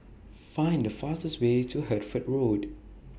Find The fastest Way to Hertford Road